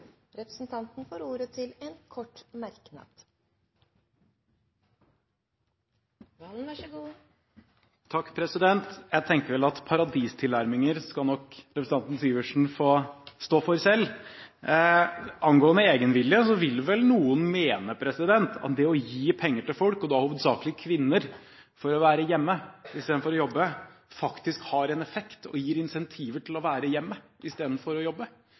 Representanten Snorre Serigstad Valen har hatt ordet to ganger tidligere og får ordet til en kort merknad, begrenset til 1 minutt. Jeg tenker at paradistilnærminger skal representanten Syversen få stå for selv. Angående egenvilje vil vel noen mene at det å gi penger til folk, og da hovedsakelig kvinner, for å være hjemme istedenfor å jobbe, faktisk har en effekt og gir insentiver til å være hjemme istedenfor å jobbe.